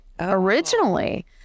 originally